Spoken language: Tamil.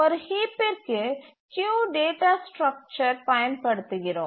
ஒரு ஹீப்பிற்கு கியூ டேட்டா ஸ்ட்ரக்சர் பயன்படுத்துகிறோம்